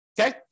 okay